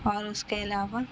اور اس کے علاوہ